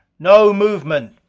no movement!